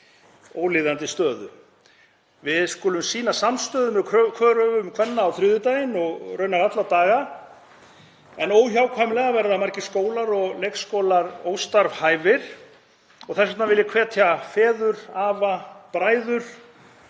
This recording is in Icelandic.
ólíðandi stöðu. Við skulum sýna samstöðu með kröfum kvenna á þriðjudaginn og raunar alla daga. Óhjákvæmilega verða margir skólar og leikskólar óstarfhæfir og þess vegna vil ég hvetja feður, afa, bræður,